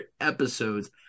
episodes